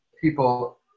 people